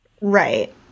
Right